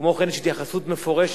כמו כן, יש התייחסות מפורשת: